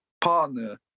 partner